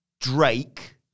Drake